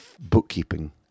bookkeeping